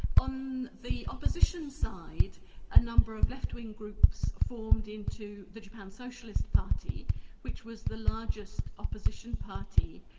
on the opposition side a number of left-wing groups formed into the japan socialist party which was the largest opposition party,